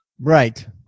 Right